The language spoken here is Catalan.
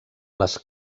les